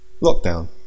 lockdown